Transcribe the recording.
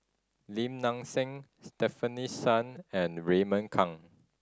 Lim Nang Seng Stefanie Sun and Raymond Kang